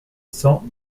sans